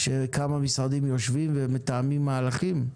שכמה משרדים יושבים ומתאמים מהלכים.